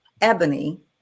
Ebony